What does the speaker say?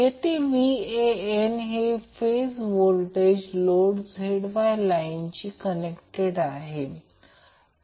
येथे Van हे phase voltage load ZY ला लाईननी कनेक्टेड आहे